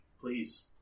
please